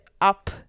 up